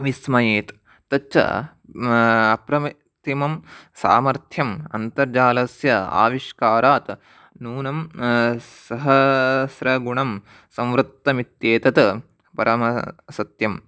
विस्मयेत् तच्च अप्रतिमं सामर्थ्यम् अन्तर्जालस्य आविष्कारात् नूनं सहस्रगुणं संवृत्तमित्येतत् परमसत्यम्